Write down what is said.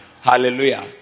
Hallelujah